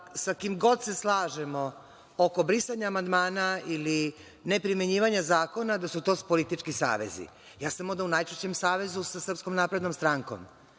sa kim god se slažemo oko brisanja amandmana ili neprimenjivanja zakona, da su to politički savezi. Ja sam onda u najčešćem savezu sa Srpskom naprednom strankom